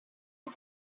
and